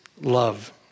love